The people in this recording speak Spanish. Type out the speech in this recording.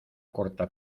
corta